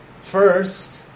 First